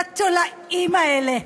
לתולעים האלה.